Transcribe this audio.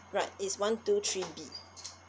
right it's one two three B